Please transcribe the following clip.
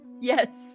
Yes